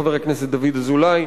חבר הכנסת דוד אזולאי,